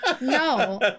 No